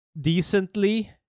decently